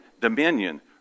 dominion